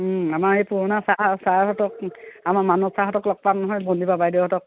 আমাৰ এই পুৰণা ছাৰ ছাৰহঁতক আমাৰ মানস ছাৰহঁতক লগ পাম নহয় বন্দিপা বাইদেউহঁতক